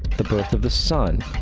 the birth of the sun.